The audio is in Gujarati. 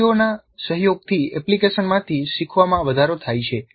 સાથીઓના સહયોગથી એપ્લિકેશનમાંથી શીખવામાં વધારો થાય છે